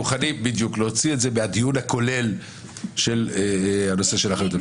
אנחנו מוכנים להוציא את זה מהדיון הכולל של הנושא של האחריות המשותפת.